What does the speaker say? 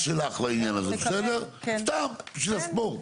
בממשלה העכשווית אני מתאר לעצמי שירצו להחיל את זה גם ביהודה ושומרון,